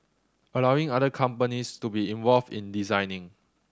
allowing other companies to be involved in designing